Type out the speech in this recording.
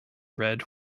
red